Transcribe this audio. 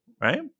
right